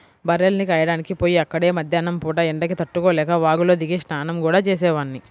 బర్రెల్ని కాయడానికి పొయ్యి అక్కడే మద్దేన్నం పూట ఎండకి తట్టుకోలేక వాగులో దిగి స్నానం గూడా చేసేవాడ్ని